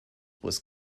was